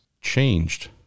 changed